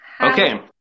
Okay